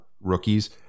rookies